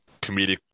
comedic